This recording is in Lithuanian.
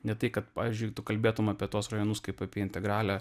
ne tai kad pavyzdžiui tu kalbėtum apie tuos rajonus kaip apie integralią